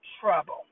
trouble